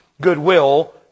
goodwill